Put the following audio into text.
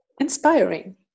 inspiring